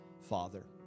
Father